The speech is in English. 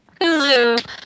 Hulu